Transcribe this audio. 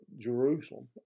Jerusalem